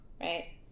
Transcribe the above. right